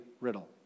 riddle